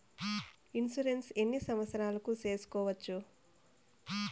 Insurance ఎన్ని సంవత్సరాలకు సేసుకోవచ్చు?